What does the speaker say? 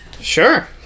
Sure